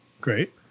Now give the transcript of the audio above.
Great